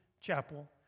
Chapel